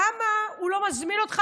למה הוא לא מזמין אותך,